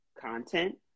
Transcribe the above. content